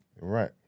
right